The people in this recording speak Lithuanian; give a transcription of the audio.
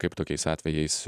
kaip tokiais atvejais